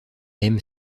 aime